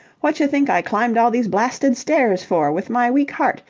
whatch think i climbed all these blasted stairs for with my weak heart?